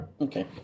Okay